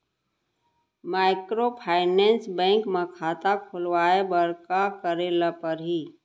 Microfinance bank म खाता खोलवाय बर का करे ल परही?